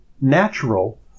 natural